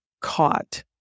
caught